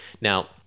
Now